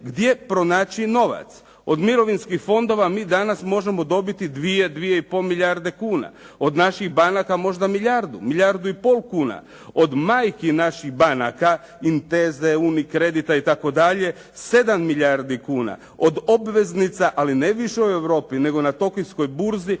gdje pronaći novac. Od mirovinskih fondova mi danas možemo dobiti dvije, dvije i pol milijarde kuna. Od naših banaka možda milijardu, milijardu i pol kuna. Od majki naših banaka Inteze, UniCredita itd. 7 milijardi kuna. Od obveznica ali ne više u Europi nego na Tokijskoj burzi